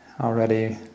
already